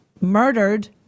murdered